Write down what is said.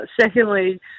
Secondly